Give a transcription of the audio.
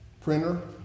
printer